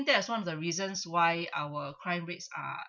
that is one of the reasons why our crime rates are